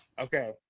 Okay